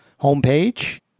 homepage